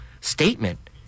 statement